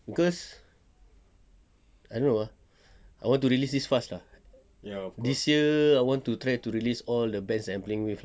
cause I don't know ah I want to release this fast lah this year I want to try to release all the best ambling with lah